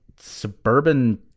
suburban